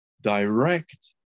direct